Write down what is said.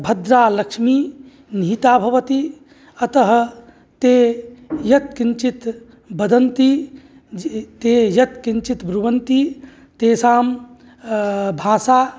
भद्रा लक्ष्मीः निहिता भवति अतः ते यत्किञ्चित् वदन्ति ते यत् किञ्चित् ब्रुवन्ति तेषां भाषा